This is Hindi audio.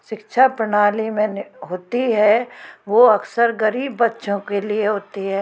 शिक्षा प्रणाली में होती है वह अक्सर गरीब बच्चों के लिए होती है